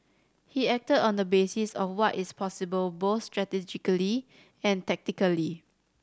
he acted on the basis of what is possible both strategically and tactically